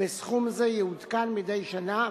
וסכום זה יעודכן מדי שנה